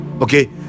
okay